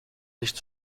nicht